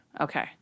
Okay